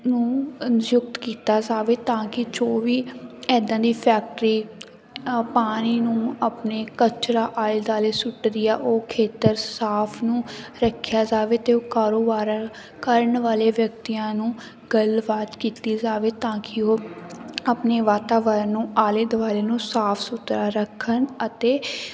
ਨੂੰ ਨਿਯੁਕਤ ਕੀਤਾ ਜਾਵੇ ਤਾਂ ਕਿ ਜੋ ਵੀ ਇੱਦਾਂ ਦੀ ਫੈਕਟਰੀ ਪਾਣੀ ਨੂੰ ਆਪਣੇ ਕਚਰਾ ਆਲੇ ਦੁਆਲੇ ਸੁੱਟਦੀ ਆ ਉਹ ਖੇਤਰ ਸਾਫ ਨੂੰ ਰੱਖਿਆ ਜਾਵੇ ਅਤੇ ਉਹ ਕਾਰੋਬਾਰ ਕਰਨ ਵਾਲੇ ਵਿਅਕਤੀਆਂ ਨੂੰ ਗੱਲਬਾਤ ਕੀਤੀ ਜਾਵੇ ਤਾਂ ਕਿ ਉਹ ਆਪਣੇ ਵਾਤਾਵਰਨ ਨੂੰ ਆਲੇ ਦੁਆਲੇ ਨੂੰ ਸਾਫ ਸੁਥਰਾ ਰੱਖਣ ਅਤੇ